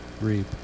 reap